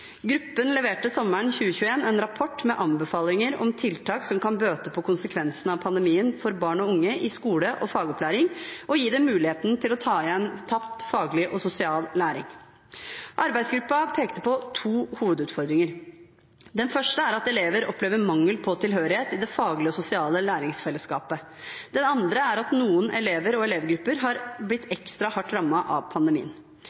Gruppen leverte sommeren 2021 en rapport med anbefalinger om tiltak som kan bøte på konsekvensene av pandemien for barn og unge i skole og fagopplæring, og gi dem muligheten til å ta igjen tapt faglig og sosial læring. Arbeidsgruppen pekte på to hovedutfordringer. Den første er at elever opplever mangel på tilhørighet i det faglige og sosiale læringsfellesskapet. Den andre er at noen elever og elevgrupper har blitt ekstra hardt rammet av pandemien.